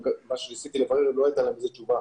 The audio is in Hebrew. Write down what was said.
לא הייתה לי תשובה